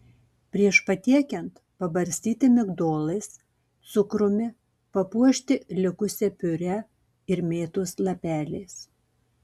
prieš patiekiant pabarstyti migdolais cukrumi papuošti likusia piurė ir mėtos lapeliais